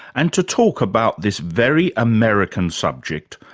and to talk about this very american subject,